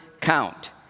count